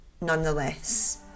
nonetheless